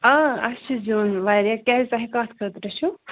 آ اَسہِ چھُ زیُن واریاہ کیٛازِ تۄہہِ کَتھ خٲطرٕ چھُو